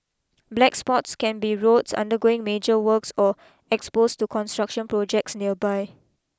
black spots can be roads undergoing major works or exposed to construction projects nearby